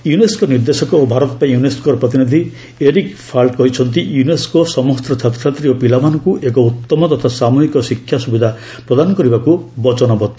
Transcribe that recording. UNESCO ନିର୍ଦ୍ଦେଶକ ଓ ଭାରତ ପାଇଁ ୟୁନେସ୍କୋର ପ୍ରତିନିଧି ଏରିକି ଫାଲ୍ଚ କହିଛନ୍ତି ୟୁନେସ୍କୋ ସମସ୍ତ ଛାତ୍ରଛାତ୍ରୀ ଓ ପିଲାମାନଙ୍କୁ ଏକ ଉତ୍ତମ ତଥା ସାମୁହିକ ଶିକ୍ଷା ସୁବିଧା ପ୍ରଦାନ କରିବାକୁ ବଚନବଦ୍ଧ